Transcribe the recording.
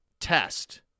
test